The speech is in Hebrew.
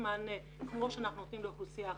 מענה כמו שאנחנו נותנים לאוכלוסייה אחרת.